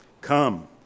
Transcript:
Come